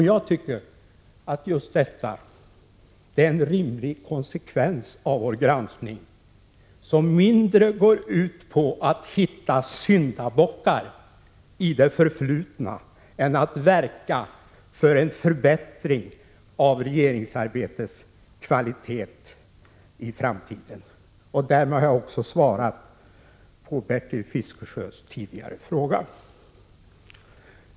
Jag tycker att det är en rimlig konsekvens av vår granskning, som mindre går ut på att hitta syndabockar i det förflutna än att verka för en förbättring av regeringsarbetets kvalitet i framtiden. Därmed har jag också svarat på Bertil Fiskesjös tidigare fråga.